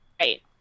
right